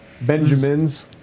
Benjamins